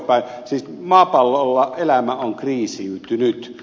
siis maapallolla on elämä kriisiytynyt